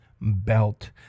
belt